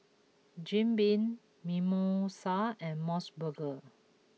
Jim Beam Mimosa and M O S Burger